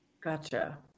gotcha